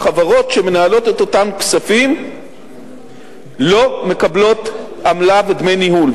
החברות שמנהלות את אותם כספים לא מקבלות עמלה ודמי ניהול.